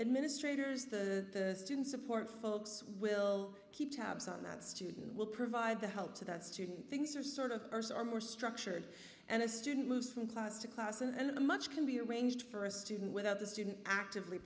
administrators the student support folks will keep tabs on that student will provide the help to that student things are sort of ours are more structured and a student moves from class to class and a much can be arranged for a student without the student actively